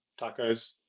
tacos